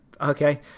Okay